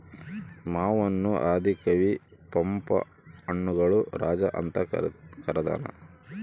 ಮಾವನ್ನು ಆದಿ ಕವಿ ಪಂಪ ಹಣ್ಣುಗಳ ರಾಜ ಅಂತ ಕರದಾನ